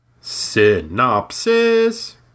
Synopsis